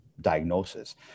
diagnosis